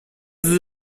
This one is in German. sie